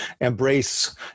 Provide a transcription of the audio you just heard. embrace